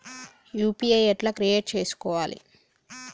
UPI ఎట్లా create చేసుకోవాలి?